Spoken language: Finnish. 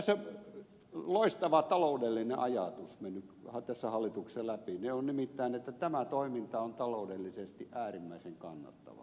tässä on loistava taloudellinen ajatus mennyt hallituksessa läpi nimittäin että tämä toiminta on taloudellisesti äärimmäisen kannattavaa